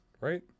right